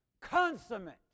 consummate